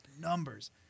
numbers